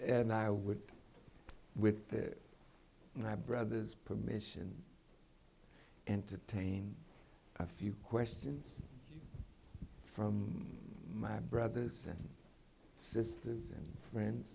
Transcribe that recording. and i would with this and i brother's permission entertain a few questions from my brothers and sisters and friends